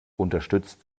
unterstützt